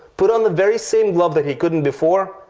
put on that very same glove that he couldn't before,